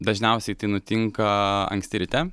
dažniausiai tai nutinka anksti ryte